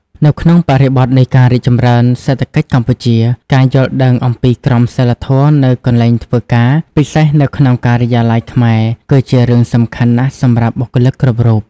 នៅក្នុងបរិបទនៃការរីកចម្រើនសេដ្ឋកិច្ចកម្ពុជា ការយល់ដឹងអំពីក្រមសីលធម៌នៅកន្លែងធ្វើការ ពិសេសនៅក្នុងការិយាល័យខ្មែរ គឺជារឿងសំខាន់ណាស់សម្រាប់បុគ្គលិកគ្រប់រូប។